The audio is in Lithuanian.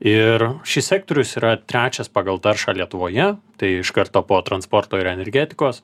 ir šis sektorius yra trečias pagal taršą lietuvoje tai iš karto po transporto ir energetikos